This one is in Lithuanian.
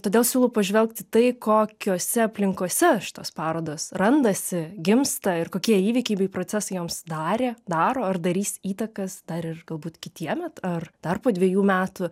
todėl siūlau pažvelgt į tai kokiose aplinkose šitos parodos randasi gimsta ir kokie įvykiai bei procesai joms darė daro ar darys įtaką dar ir galbūt kitiemet ar dar po dvejų metų